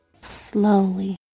Slowly